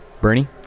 Bernie